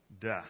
death